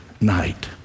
night